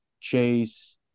Chase